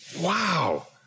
Wow